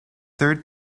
third